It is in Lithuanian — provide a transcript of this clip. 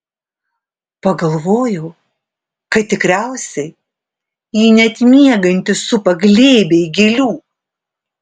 pagalvojau kad tikriausiai jį net miegantį supa glėbiai gėlių